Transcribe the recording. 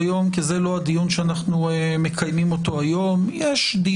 אנחנו נמצאים במדינה שיש בה הרבה מאוד